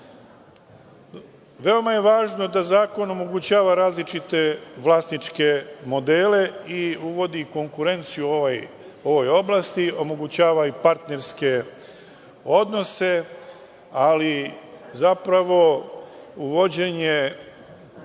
je važno da zakon omogućava različite vlasničke modele i uvodi konkurenciju u ovoj oblasti, omogućava i partnerske odnose, ali zapravo uvođenje